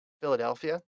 Philadelphia